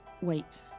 Wait